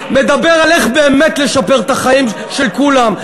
מדבר על איך באמת לשפר את החיים של כולם.